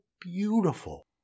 beautiful